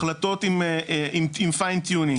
החלטות עם fine tuning,